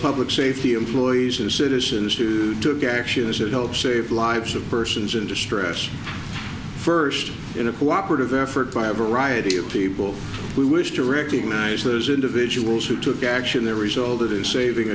public safety employees and citizens to took action as it helps save lives of persons in distress first in a cooperative effort by a variety of people we wish to recognize those individuals who took action there resulted in saving